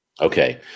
Okay